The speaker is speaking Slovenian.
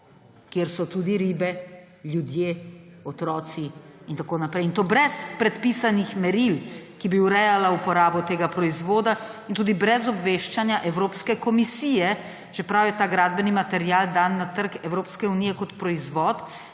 kjer so tudi ribe, ljudje, otroci in tako naprej in to brez predpisanih meril, ki bi urejala uporabo tega proizvoda in tudi brez obveščanja Evropske komisije, čeprav je ta gradbeni material dan na trg Evropske unije kot proizvod